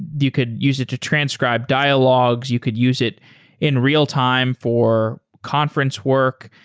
you could use it to transcribe dialogues. you could use it in real-time for conference work.